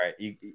right